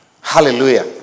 Hallelujah